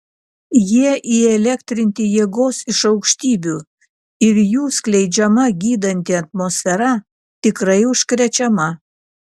jie įelektrinti jėgos iš aukštybių ir jų skleidžiama gydanti atmosfera tikrai užkrečiama